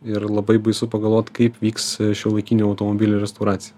ir labai baisu pagalvoti kaip vyks šiuolaikinio automobilio restauracija